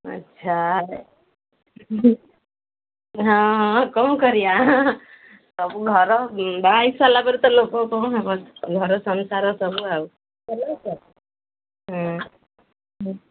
ଆଚ୍ଛା ହଁ କ'ଣ କରିବା ସବୁ ଘର ବାହାହେଇ ସାରିଲା ପରେ ତ ଲୋକ କ'ଣ ହେବ ଘର ସଂସାର ସବୁ ଆଉ ହଁ